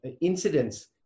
incidents